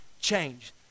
change